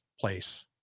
place